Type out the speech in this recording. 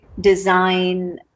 design